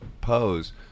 pose